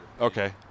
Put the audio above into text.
Okay